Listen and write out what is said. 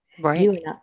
Right